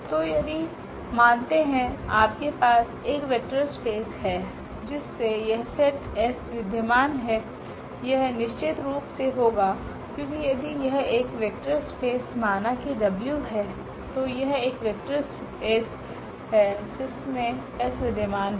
तो यदि मानते है आपके पास एक वेक्टर स्पेस है जिसमे यह सेट S विध्यमान है यह निश्चितरूप से होगा क्योकि यदि यह एक वेक्टर स्पेस माना की W है तो यह एक वेक्टर स्पेस है जिसमे S विध्यमान हैं